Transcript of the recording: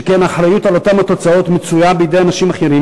שכן האחריות לאותן תוצאות מצויה בידי אנשים אחרים.